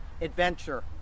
adventure